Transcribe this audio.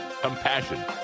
compassion